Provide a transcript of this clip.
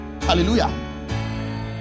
Hallelujah